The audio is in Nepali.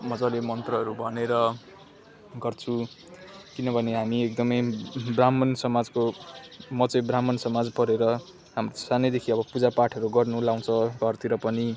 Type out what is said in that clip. मज्जाले मन्त्रहरू भनेर गर्छु किनभने हामी एकदमै ब्राह्माण समाजको म चाहिँ ब्राह्माण समाज परेर हाम्रो सानैदेखि अब पूजापाठहरू गर्न लाउँछ घरतिर पनि